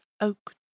oak